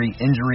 injury